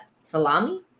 Salami